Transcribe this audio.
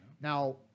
Now